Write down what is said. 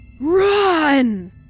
Run